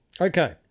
Okay